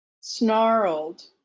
snarled